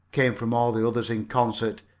came from all of the others in concert.